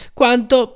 quanto